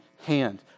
hand